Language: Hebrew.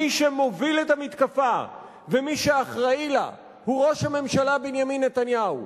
מי שמוביל את המתקפה ומי שאחראי לה הוא ראש הממשלה בנימין נתניהו.